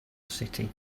city